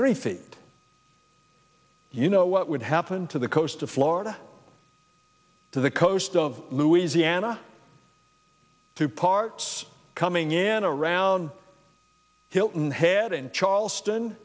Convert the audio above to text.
three feet you know what would happen to the coast of florida to the coast of louisiana to parts coming in and down hilton head and charleston